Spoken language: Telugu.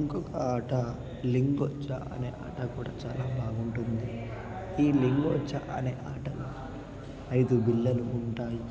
ఇంకొక ఆట లింగోచ్చా అనే ఆట కూడా చాలా బాగుంటుంది ఈ లింగోచ్చా అనే ఆట ఐదు బిళ్ళలు ఉంటాయి